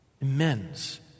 immense